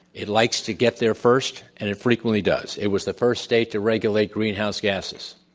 it likes to get there first, and it frequently does, it was the first state to regulate greenhouse gases.